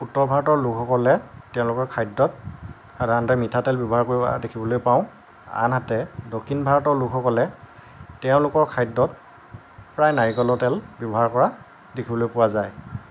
উত্তৰ ভাৰতৰ লোকসকলে তেওঁলোকৰ খাদ্যত সাধাৰণতে মিঠাতেল ব্যৱহাৰ কৰা দেখিবলৈ পাওঁ আনহাতে দক্ষিণ ভাৰতৰ লোকসকলে তেওঁলোকৰ খাদ্যত প্ৰায় নাৰিকলৰ তেল ব্যৱহাৰ কৰা দেখিবলৈ পোৱা যায়